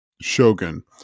shogun